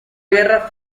guerra